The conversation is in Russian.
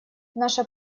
наша